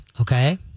Okay